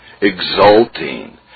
exulting